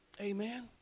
amen